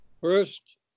First